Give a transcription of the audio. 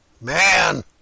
man